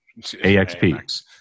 AXP